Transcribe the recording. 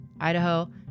Idaho